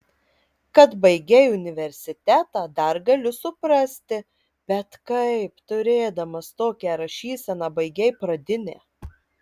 kad baigei universitetą dar galiu suprasti bet kaip turėdamas tokią rašyseną baigei pradinę